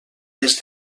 les